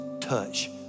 touch